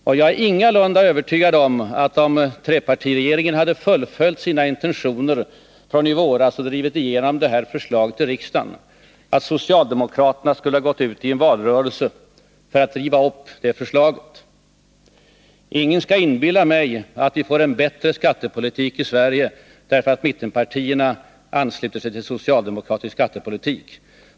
Jag är dessutom ingalunda övertygad om, att om trepartiregeringen hade fullföljt sina intentioner från i våras och drivit igenom sitt eget förslag i riksdagen, skulle socialdemokraterna ha gått ut i en - valrörelse för att riva upp det förslaget. Ingen skall inbilla mig att vi får en bättre skattepolitik i Sverige, därför att mittenpartierna ansluter sig till socialdemokratisk skattepolitik.